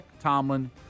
Tomlin